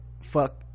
fuck